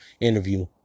interview